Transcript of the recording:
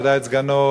ודאי את סגנו,